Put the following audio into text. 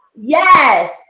yes